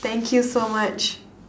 thank you so much